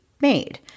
made